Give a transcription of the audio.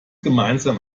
gemeinsam